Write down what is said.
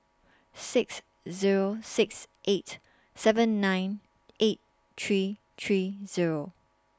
six Zero six eight seven nine eight three three Zero